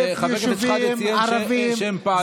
חבר הכנסת שחאדה ציין שהם פעלו.